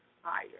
higher